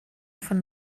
von